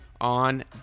on